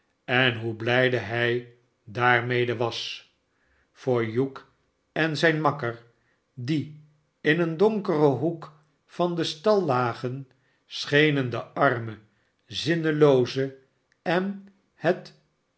en hoe blijde hij daarmede was voor hugh en zijn makker die in een donkeren hoek van den stal lagen schenen de arme zkmelooze en het